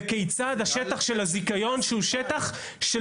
וכיצד השטח של הזיכיון שהוא שטח של